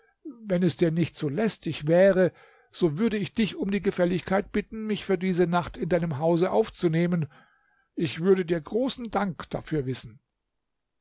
wenn es dir nicht zu lästig wäre so würde ich dich um die gefälligkeit bitten mich für diese nacht in deinem hause aufzunehmen ich würde dir großen dank dafür wissen